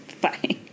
Bye